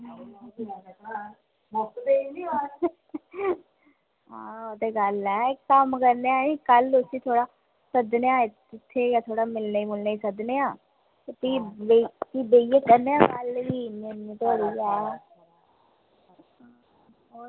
आं ओह् ते गल्ल ऐ कम्म करने आं तां ते कल्ल ई सद्दने आं ते ठीक ऐ थोह्ड़ा मिलने गी सद्दने आं ते भी बेहियै करने आं गल्ल भी उन्ने धोड़ी ऐ